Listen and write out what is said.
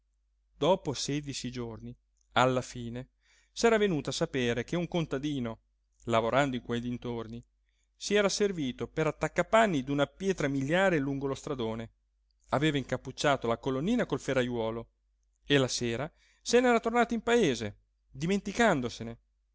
dopo sedici giorni alla fine s'era venuto a sapere che un contadino lavorando in quei dintorni si era servito per attaccapanni d'una pietra miliare lungo lo stradone aveva incappucciato la colonnina col ferrajuolo e la sera se n'era tornato in paese dimenticandosene